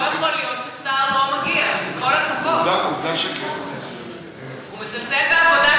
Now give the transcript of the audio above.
לא יכול להיות ששר לא מגיע, עם כל הכבוד.